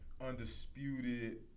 undisputed